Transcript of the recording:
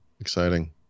Exciting